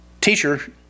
teacher